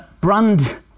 brand